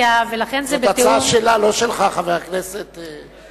זאת הצעה שלה, לא שלך, חבר הכנסת כץ.